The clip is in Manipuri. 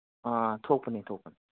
ꯑ ꯊꯣꯛꯄꯅꯦ ꯊꯣꯛꯄꯅꯦ